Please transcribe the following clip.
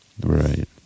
Right